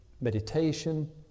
meditation